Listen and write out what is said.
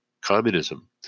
Communism